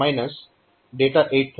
અહીં AL data8 થશે